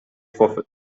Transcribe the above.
for